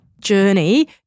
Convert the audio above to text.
journey